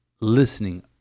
listening